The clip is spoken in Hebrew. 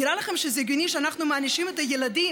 נראה לכם שזה הגיוני שאנחנו מענישים את הילדים,